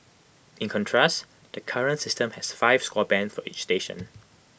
in contrast the current system has five score bands for each station